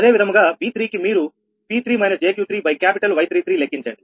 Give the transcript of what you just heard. అదే విధముగా V3 కి మీరు P3 jQ3 క్యాపిటల్ Y33 లెక్కించండి